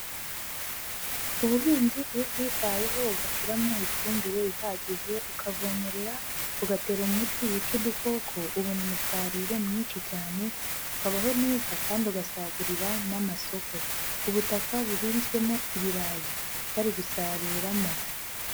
Ubuhinzi iyo ubwitayeho ugashyiramo ifumbire ihagije, ukavomerera, ugatera umuti wica udukoko ubona umusaruro mwinshi cyane, ukabaho neza kandi ugasagurira n'amasoko, ubutaka buhinzwemo ibirayi bari gusaruramo.